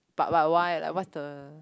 but why why like what the